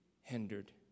hindered